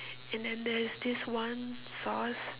and then there is this one sauce